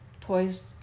Toys